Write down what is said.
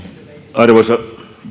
arvoisa